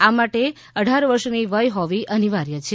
આ માટે અઢાર વર્ષની વય હોવી અનિવાર્ય છે